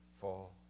fall